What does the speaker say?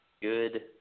Good